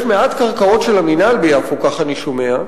יש מעט קרקעות של המינהל ביפו, כך אני שומע,